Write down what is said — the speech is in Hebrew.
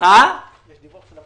יש דיווח על ביצוע?